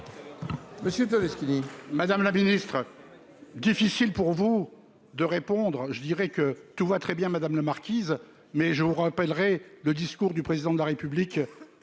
savais ce que Madame la Ministre, difficile pour vous de répondre, je dirais que tout va très bien madame la marquise, mais je vous rappellerai le discours du président de la République